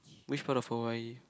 which part of Hawaii